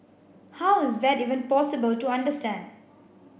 how is that even possible to understand